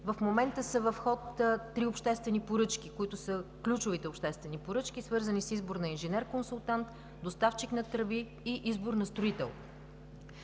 В момента са в ход три обществени поръчки, които са ключови, свързани с избор на инженер-консултант, доставчик на тръби и избор на строител.